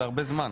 זה הרבה זמן.